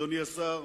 אדוני השר,